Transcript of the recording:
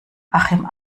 achim